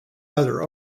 other